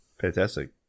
Fantastic